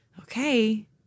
okay